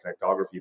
Connectography